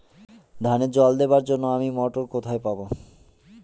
ধানে জল দেবার জন্য আমি মটর কোথায় পাবো?